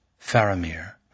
Faramir